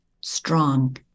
strong